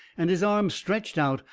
and his arms stretched out,